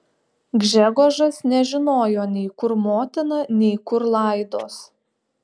gžegožas nežinojo nei kur motina nei kur laidos